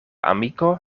amiko